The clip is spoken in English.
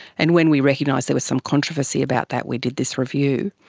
and when we recognised there was some controversy about that we did this review.